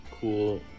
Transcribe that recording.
cool